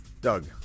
Doug